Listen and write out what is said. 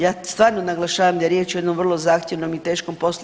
Ja stvarno naglašavam da je riječ o jednom vrlo zahtjevnom i teškom poslu.